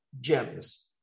gems